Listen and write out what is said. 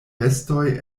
vestoj